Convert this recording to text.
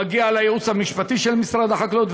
מגיעה לייעוץ המשפטי של משרד החקלאות.